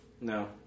No